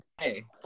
hey